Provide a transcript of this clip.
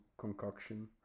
concoction